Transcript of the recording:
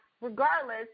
regardless